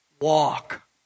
walk